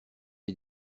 les